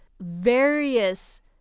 various